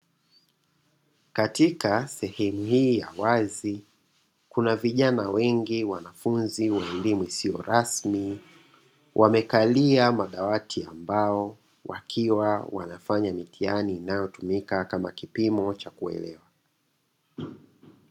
Katika sehemu hii ya wazi, kuna vijana wengi wanafunzi wa elimu isio rasmi wamekalia madawati ya mbao wakiwa wanafanya mitihani inayotumika kama kipimo cha uelewa.